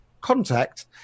contact